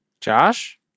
Josh